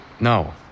No